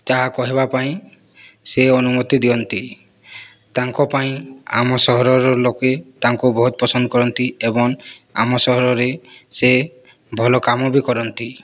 ତାହା କହିବା ପାଇଁ ସେ ଅନୁମତି ଦିଅନ୍ତି ତାଙ୍କ ପାଇଁ ଆମ ସହରର ଲୋକେ ତାଙ୍କୁ ବହୁତ ପସନ୍ଦ କରନ୍ତି ଏବଂ ଆମ ସହରରେ ସେ ଭଲ କାମ ବି କରନ୍ତି